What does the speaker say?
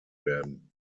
werden